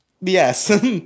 Yes